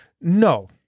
no